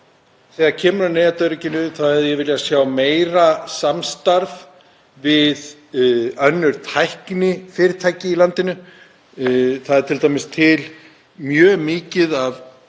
þegar kemur að netöryggi, er að ég hefði viljað sjá meira samstarf við önnur tæknifyrirtæki í landinu. Það er t.d. til mjög mikið af